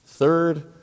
Third